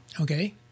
Okay